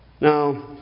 Now